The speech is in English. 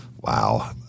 Wow